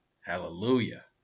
hallelujah